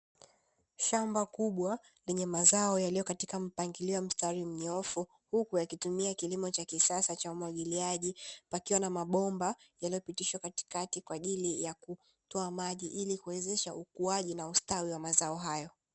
Shamba kubwa lenye mazao yaliyo katika mpangilio mstari mnyoofu huku yakitumia kilimo cha kisasa cha umwagiliaji, pakiwa na mabomba yaliyopitishwa katikati kwa ajili ya kutoa maji ili kuwezesha ukuaji na ustawi wa mazao hayo.